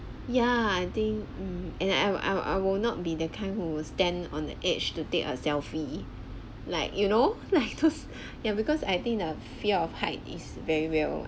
yeah I think mm and I I will I will I will not be the kind who will stand on the edge to take a selfie like you know like those ya because I think the fear of height is very real